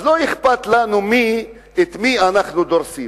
לא אכפת לנו את מי אנחנו דורסים,